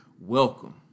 welcome